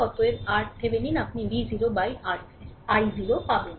অতএব RThevenin আপনি v0 i0 পাবেন